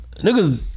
niggas